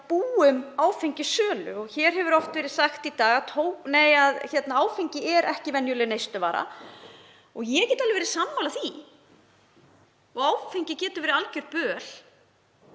búum áfengissölu. Hér hefur oft verið sagt í dag að áfengi sé ekki venjuleg neysluvara. Ég get alveg verið sammála því og áfengi getur verið algjört böl